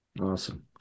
Awesome